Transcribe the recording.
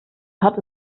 patt